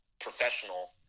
professional